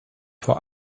vor